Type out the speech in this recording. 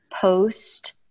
post